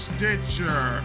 Stitcher